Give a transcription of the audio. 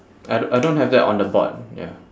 I don't I don't have that on the board ya